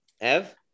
Ev